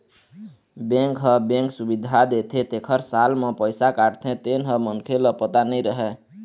bank ह bank सुबिधा देथे तेखर साल म पइसा काटथे तेन ह मनखे ल पता नइ रहय